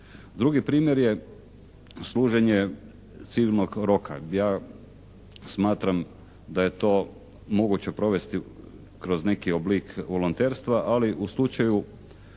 Drugi primjer je služenje civilnog roka gdje ja smatram da je to moguće provesti kroz neki oblik volonterstva ali u slučaju